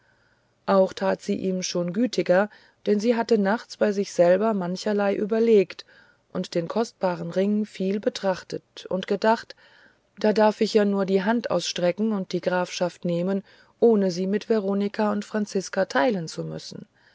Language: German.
auch tat sie ihm schon gütiger denn sie hatte nachts bei sich selber mancherlei überlegt und den kostbaren ring viel betrachtet und gedacht da darf ich ja nur die hand ausstrecken und die grafschaft nehmen ohne sie mit veronika und franziska teilen zu müssen